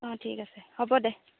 অঁ ঠিক আছে হ'ব দে